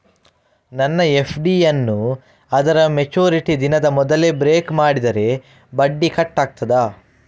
ನನ್ನ ಎಫ್.ಡಿ ಯನ್ನೂ ಅದರ ಮೆಚುರಿಟಿ ದಿನದ ಮೊದಲೇ ಬ್ರೇಕ್ ಮಾಡಿದರೆ ಬಡ್ಡಿ ಕಟ್ ಆಗ್ತದಾ?